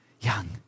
young